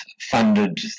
funded